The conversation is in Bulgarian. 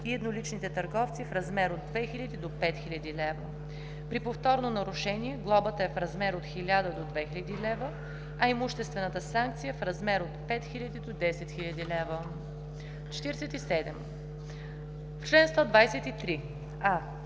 и едноличните търговци в размер от 2000 до 5000 лв. При повторно нарушение глобата е в размер от 1000 до 2000 лв., а имуществената санкция – в размер от 5000 до 10 000 лв.“ 47. В чл. 123: